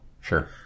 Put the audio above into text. Sure